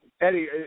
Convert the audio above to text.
Eddie